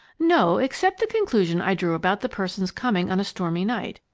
no, except the conclusion i drew about the person's coming on a stormy night.